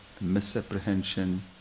misapprehension